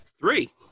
Three